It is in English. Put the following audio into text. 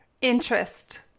interest